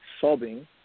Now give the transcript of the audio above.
sobbing